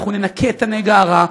אנחנו ננקה את הנגע הרע,